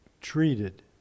treated